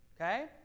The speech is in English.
Okay